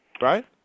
right